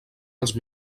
els